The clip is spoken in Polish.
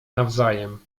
nawzajem